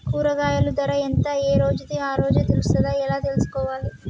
కూరగాయలు ధర ఎంత ఏ రోజుది ఆ రోజే తెలుస్తదా ఎలా తెలుసుకోవాలి?